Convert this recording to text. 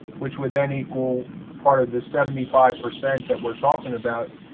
which would then equal part of the seventy five percent that we're talking about,